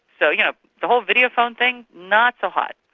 so you know the whole videophone thing, not so hot.